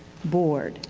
board.